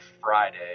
Friday